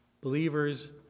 Believers